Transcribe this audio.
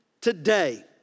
today